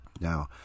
Now